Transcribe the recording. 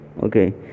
okay